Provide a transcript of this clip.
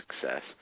success